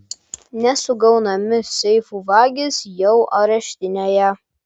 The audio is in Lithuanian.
nesugaunami seifų vagys jau areštinėje